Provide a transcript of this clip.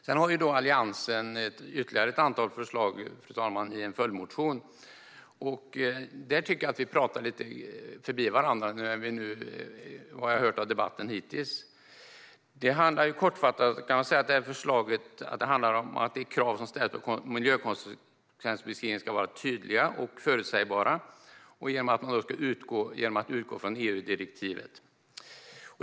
Sedan har Alliansen ytterligare ett antal förslag, fru talman, i en följdmotion. Där tycker jag att vi hittills i debatten pratat lite förbi varandra. Kortfattat kan man säga att dessa förslag handlar om att de krav som ställs på miljökonsekvensbeskrivning ska vara tydliga och förutsägbara genom att utgå från EU-direktivet.